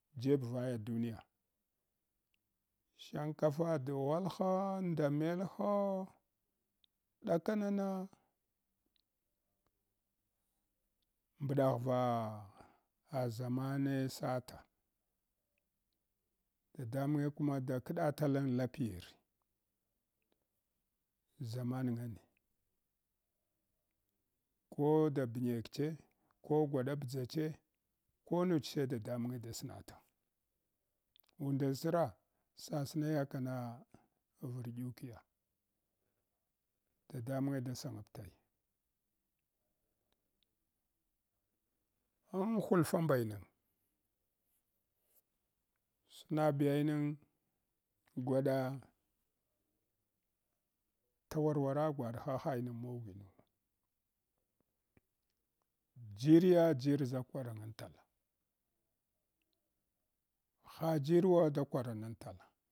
Jebvaya duniya shakafa daghwalha nda melha dakamana mbdughva a lan lapiyir ʒarnarnyane ko da binekche ko givadabdx;a che ko cuch sai dadamung da snata undan sra sanshayakana vurukiya dadamunge da sangaptaya am hulfa mbaining snabyannang gwada tamwarwara gwadha hainang mogul, jirya jir ʒa kwarantal, ha jirwa da kwarontala.